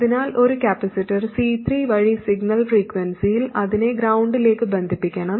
അതിനാൽ ഒരു capacitor C3 വഴി സിഗ്നൽ ഫ്രീക്വൻസിയിൽ അതിനെ ഗ്രൌണ്ടിലേക്ക് ബന്ധിപ്പിക്കണം